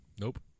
Nope